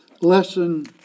lesson